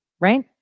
right